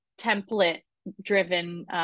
template-driven